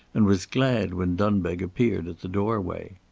and was glad when dunbeg appeared at the doorway.